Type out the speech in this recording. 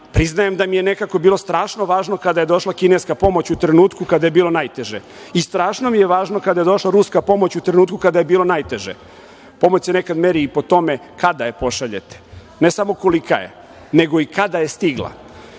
priznajem da mi je nekako bilo strašno važno kada je došla kineska pomoć u trenutku kada je bilo najteže i strašno mi je važno kada je došla ruska pomoć u trenutku kada je bilo najteže. Pomoć se nekad meri i po tome kada je pošaljete, ne samo kolika je, nego i kada je stigla. Građani